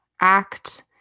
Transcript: act